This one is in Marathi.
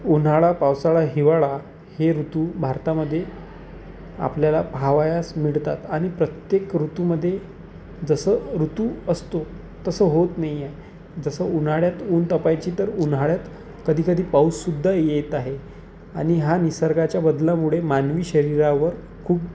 उन्हाळा पावसाळा हिवाळा हे ऋतू भारतामध्ये आपल्याला पहावयास मिळतात आणि प्रत्येक ऋतूमध्ये जसं ऋतू असतो तसं होत नाही आहे जसं उन्हाळ्यात ऊन तापायची तर उन्हाळ्यात कधीकधी पाऊससुद्धा येत आहे आणि हा निसर्गाच्या बदलामुडे मानवी शरीरावर खूप